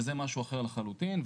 שזה משהו אחר לחלוטין.